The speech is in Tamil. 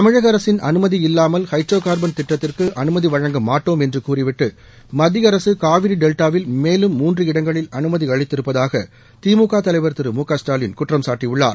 தமிழக அரசின் அனுமதி இல்லாமல் ஹைட்ரோ கார்பன் திட்டத்திற்கு அனுமதி வழங்க மாட்டோம் என்று கூறிவிட்டு மத்திய அரசு காவிரி டெவ்டாவில் மேலும் மூன்று இடங்களில் அனுமதி அளித்திருப்பதாக திமுக தலைவர் திரு மு க ஸ்டாலின் குற்றம்சாட்டியுள்ளார்